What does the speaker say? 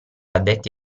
addetti